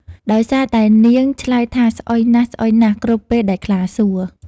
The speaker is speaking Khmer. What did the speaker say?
ដោយសារតែនាង ឆ្លើយថា ស្អុយណាស់ៗ គ្រប់ពេលដែលខ្លាសួរ។